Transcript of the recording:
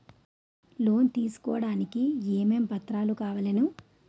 Loan తీసుకోడానికి ఏమేం పత్రాలు కావలెను?